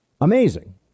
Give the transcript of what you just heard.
amazing